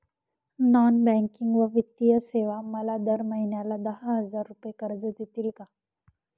Non बँकिंग व वित्तीय सेवा मला दर महिन्याला दहा हजार रुपये कर्ज देतील का?